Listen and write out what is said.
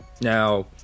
Now